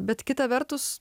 bet kita vertus